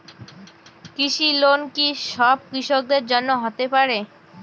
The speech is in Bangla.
কৃষি লোন কি সব কৃষকদের জন্য হতে পারে?